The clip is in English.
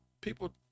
people